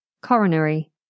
coronary